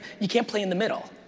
you can't play in the middle.